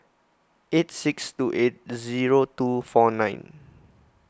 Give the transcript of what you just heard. eight six two eight zero two four nine